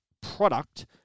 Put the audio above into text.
product